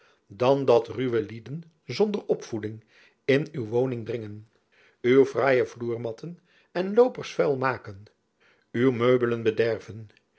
dan dat ruwe lieden zonder opvoeding in uw woning dringen uw fraaie vloermatten en loopers vuil maken uw meubelen bederven